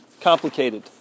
complicated